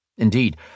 Indeed